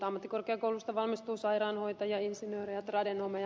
ammattikorkeakoulusta valmistuu sairaanhoitajia insinöörejä tradenomeja